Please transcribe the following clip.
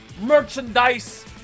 merchandise